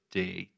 day